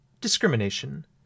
discrimination